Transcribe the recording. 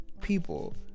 people